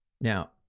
Now